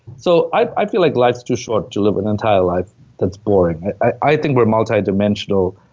so i feel like life's too short to live an entire life that's boring. i think we're multi-dimensional,